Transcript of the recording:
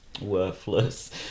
worthless